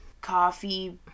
Coffee